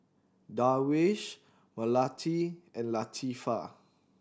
Darwish Melati and Latifa